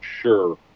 sure